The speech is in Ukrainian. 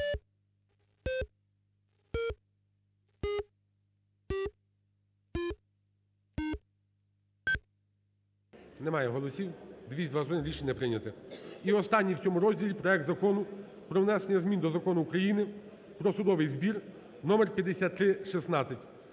Немає голосів. 221, рішення не прийнято. І останній в цьому розділі – проект Закону про внесення змін до Закону України "Про судовий збір" (номер 5316).